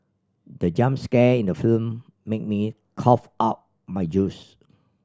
the jump scare in the film made me cough out my juice